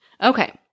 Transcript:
Okay